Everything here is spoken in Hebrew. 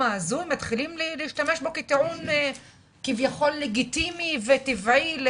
ההזוי מתחילים להשתמש בו כטיעון כביכול לגיטימי וטבעי.